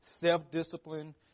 self-discipline